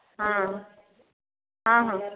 ହଁ ହଁ ହଁ